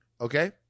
okay